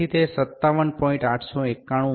તેથી તે 57